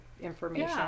information